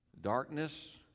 Darkness